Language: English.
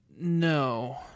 No